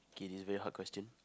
okay this very hard question